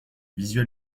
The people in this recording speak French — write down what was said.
visual